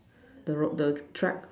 the rock the track